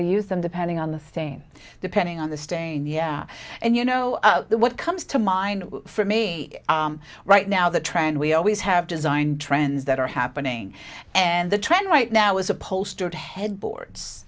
to use them depending on the thing depending on the stain yeah and you know what comes to mind for me right now the trend we always have designed trends that are happening and the trend right now is upholstered headboards